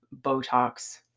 Botox